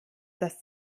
dass